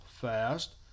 fast